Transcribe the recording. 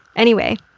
anyway,